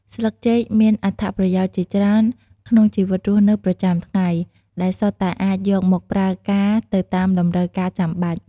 ស្លឹកចេកមានអត្ថប្រយោជន៍ជាច្រើនក្នុងជីវិតរស់នៅប្រចាំថ្ងៃ ដែលសុទ្ធតែអាចយកមកប្រើការទៅតាមតម្រូវការចាំបាច់។